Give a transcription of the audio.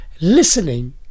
listening